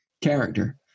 character